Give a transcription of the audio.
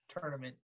tournament